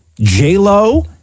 J-Lo